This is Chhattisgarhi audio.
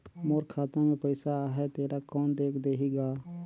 मोर खाता मे पइसा आहाय तेला कोन देख देही गा?